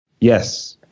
Yes